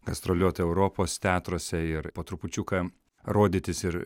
gastroliuoti europos teatruose ir po trupučiuką rodytis ir